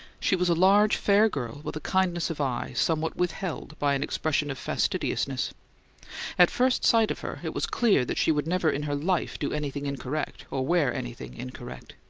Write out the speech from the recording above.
she was a large, fair girl, with a kindness of eye somewhat withheld by an expression of fastidiousness at first sight of her it was clear that she would never in her life do anything incorrect, or wear anything incorrect.